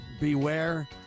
Beware